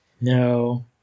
No